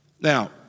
Now